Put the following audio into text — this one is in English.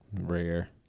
Rare